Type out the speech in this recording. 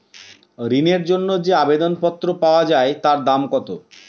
ঋণের জন্য যে আবেদন পত্র পাওয়া য়ায় তার দাম কত?